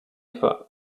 for